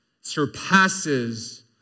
surpasses